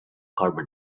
carbon